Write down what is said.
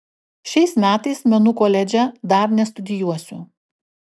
šiais metais menų koledže dar nestudijuosiu